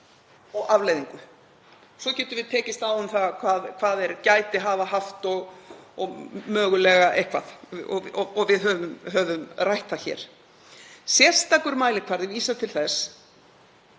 og afleiðingu. Svo getum við tekist á um hvað þeir gætu hafa haft og mögulega eitthvað. Og við höfum rætt það hér. Sérstakur mælikvarði vísar til þess